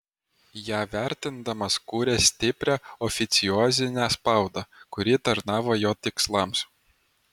ją vertindamas kūrė stiprią oficiozinę spaudą kuri tarnavo jo tikslams